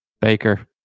Baker